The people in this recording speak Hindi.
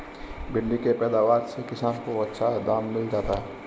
भिण्डी के पैदावार से किसान को अच्छा दाम मिल जाता है